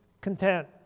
content